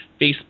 Facebook